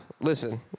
listen